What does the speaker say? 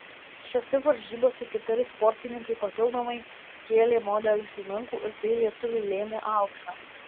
šiose varžybose keturi sportininkai papildomai kėlė modelius į dangų ir tai lietuviui lėmė auksą